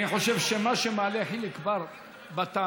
אני חושב שמה שמעלה חיליק בר בטענות,